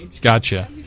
Gotcha